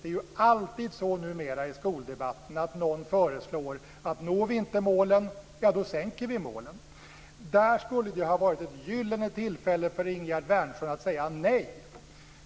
Det är ju alltid så numera i skoldebatterna att någon säger: Når vi inte målen, ja, då sänker vi målen. Där skulle det ha varit ett gyllene tillfälle för Ingegerd Wärnersson att säga nej.